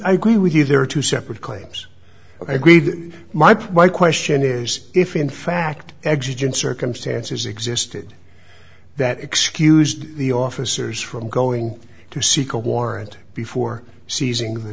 i agree with you there are two separate claims my put my question is if in fact existent circumstances existed that excused the officers from going to seek a warrant before seizing the